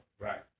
Right